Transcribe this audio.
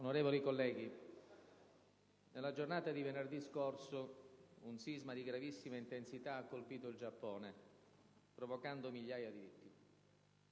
Onorevoli colleghi, nella giornata di venerdì scorso un sisma di gravissima intensità ha colpito il Giappone, provocando migliaia di vittime.